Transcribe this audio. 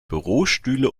bürostühle